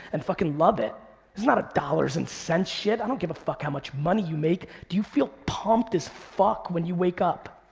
and fucking love it. this is not a dollars and cents shit, i don't give a fuck how much money you make. do you feel pumped as fuck when you wake up?